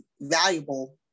valuable